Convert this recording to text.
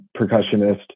percussionist